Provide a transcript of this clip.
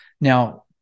Now